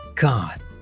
God